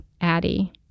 Addie